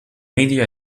media